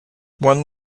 one